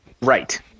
Right